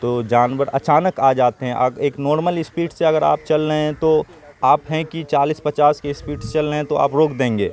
تو جانور اچانک آ جاتے ہیں اور ایک نارمل اسپیڈ سے اگر آپ چل رہے ہیں تو آپ ہیں کہ چالیس پچاس کے اسپیڈ سے چل رہے ہیں تو آپ روک دیں گے